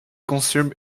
consumed